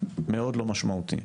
מאוד לא משמעותי.